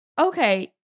okay